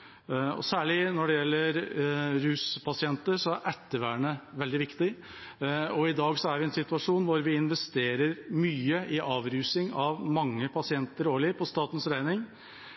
pasient. Særlig når det gjelder ruspasienter, er ettervernet veldig viktig. I dag er vi i den situasjon at vi årlig, på statens regning, investerer mye i avrusing av mange pasienter,